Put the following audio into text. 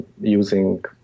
using